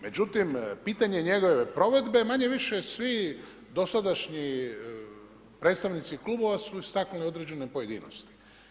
Međutim, pitanje njegove provedbe manje-više svi dosadašnji predstavnici klubova su istaknuli određene pojedinosti.